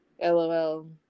lol